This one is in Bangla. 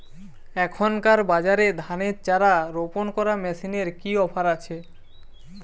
এখনকার বাজারে ধানের চারা রোপন করা মেশিনের কি অফার আছে?